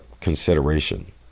consideration